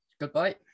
goodbye